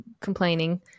Complaining